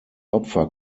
opfer